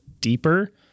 deeper